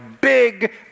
Big